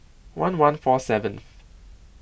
one one four seventh